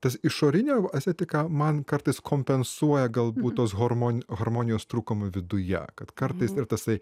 tas išorinė estetika man kartais kompensuoja galbūt tos hormon harmonijos trūkumą viduje kad kartais ir tasai